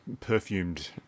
perfumed